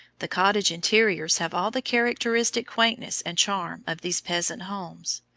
the cottage interiors have all the characteristic quaintness and charm of these peasant homes.